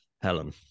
Helen